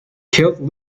kilt